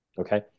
okay